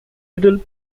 little